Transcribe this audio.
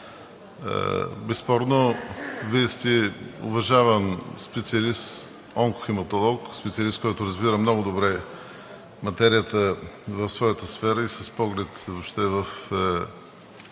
безспорно, Вие сте уважаван специалист онкохематолог, специалист, който разбира много добре материята в своята сфера, въобще с